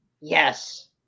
Yes